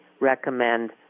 recommend